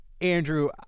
Andrew